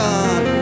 God